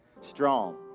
strong